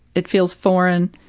it feels foreign,